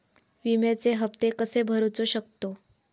विम्याचे हप्ते कसे भरूचो शकतो?